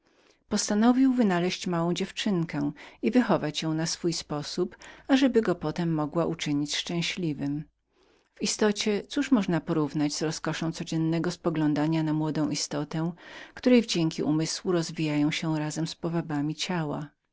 postanowił wynaleźć małą dziewczynkę oddać ją na wychowanie i tym sposobem nadać swemu życiu jakieś zajęcie w istocie cóż można było porównać z rozkoszą codziennego poglądania na młodą osobę w której wdzięki umysłu rozwijały się razem z powabami ciała